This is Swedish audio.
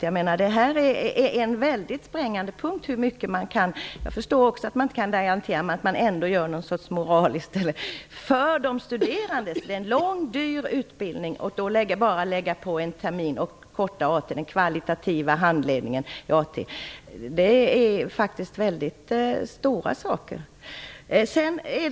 Jag förstår att man inte kan ge garantier, men en springande punkt är att man ändå gör något för de studerande, för utbildningen är ju lång och dyr. Att då utöka utbildningen med bara en termin och korta AT tjänstgöringen med den kvalitativa handledningen innebär faktiskt stora förändringar.